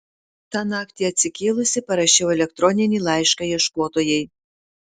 tą naktį atsikėlusi parašiau elektroninį laišką ieškotojai